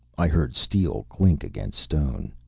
i heard steel clink against stone.